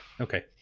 okay